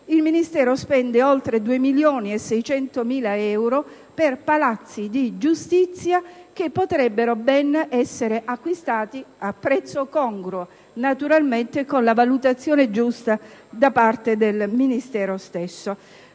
il Ministero spende oltre 2.600.000 euro per palazzi di giustizia che potrebbero ben essere acquistati a prezzo congruo, naturalmente con la valutazione giusta da parte del Ministero stesso.